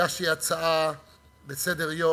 והגשתי הצעה לסדר-היום